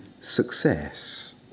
success